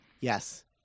Yes